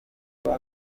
byaba